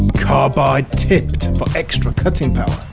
carbide tipped for extra cutting power.